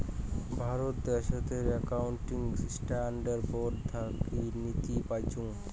ভারত দ্যাশোতের accounting standard board থাকি নীতি পাইচুঙ